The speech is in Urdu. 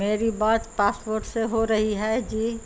میری بات پاسپورٹ سے ہو رہی ہے جی